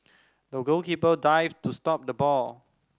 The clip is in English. the goalkeeper dived to stop the ball